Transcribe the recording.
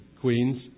queens